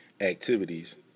activities